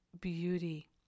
beauty